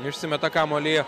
išsimeta kamuolį jie